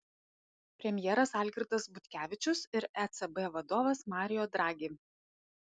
premjeras algirdas butkevičius ir ecb vadovas mario draghi